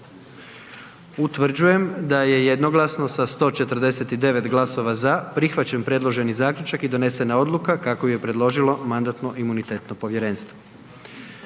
Utvrđujem da je jednoglasno sa 149 glasova „za“ prihvaćen predloženi zaključak i donesena odluka kako ju je predložilo Mandatno-imunitetno povjerenstvo.